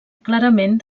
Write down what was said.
clarament